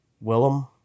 Willem